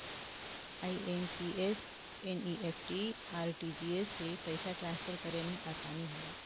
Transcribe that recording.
IMPS, NEFT, RTGS से पइसा transfer करे में आसानी होला